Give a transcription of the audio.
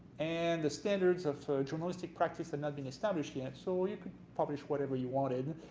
and the standards of journalistic practice and not been established yet so you could publish whatever you wanted.